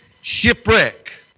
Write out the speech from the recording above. shipwreck